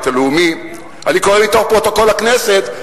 הלאומי" אני קורא מתוך פרוטוקול הכנסת,